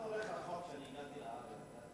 למה אתה הולך רחוק?